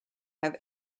have